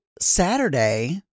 Saturday